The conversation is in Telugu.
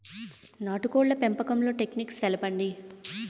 నాటుకోడ్ల పెంపకంలో టెక్నిక్స్ తెలుపండి?